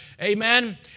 amen